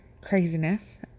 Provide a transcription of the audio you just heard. craziness